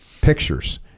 pictures